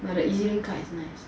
but the E_Z link card it's nice